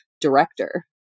director